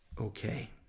okay